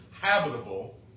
habitable